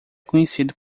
conhecido